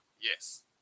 yes